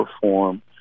perform